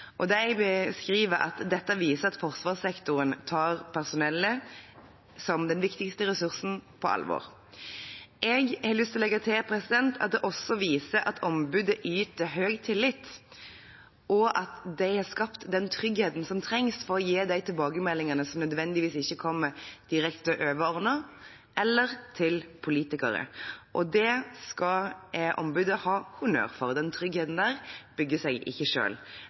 De skriver at dette viser at forsvarssektoren tar personellet som den viktigste ressursen på alvor. Jeg har lyst til å legge til at det også viser at ombudet nyter høy tillit, og at de har skapt den tryggheten som trengs for å gi de tilbakemeldingene som ikke nødvendigvis kommer direkte til overordnede eller til politikere. Det skal ombudet ha honnør for. Den tryggheten bygger seg ikke